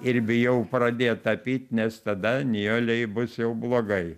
ir bijau pradėt tapyt nes tada nijolei bus jau blogai